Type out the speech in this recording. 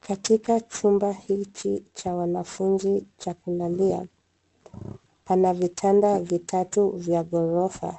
Katika chumba hiki cha wanafunzi cha kulalia, pana vitanda vitatu vya ghorofa